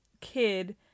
kid